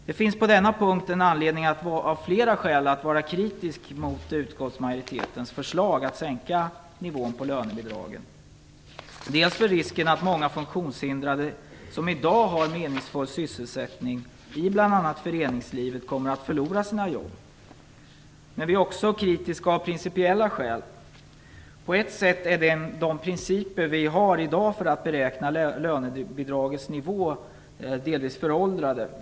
Det finns flera skäl att vara kritisk mot utskottsmajoritetens förslag att sänka nivån på lönebidragen. Det finns risk att många funktionshindrade som i dag har meningsfull sysselsättning i bl.a. föreningslivet kommer att förlora sina jobb. Men vi är också kritiska av principiella skäl. De principer vi i dag har för att beräkna lönebidragets nivå är delvis föråldrade.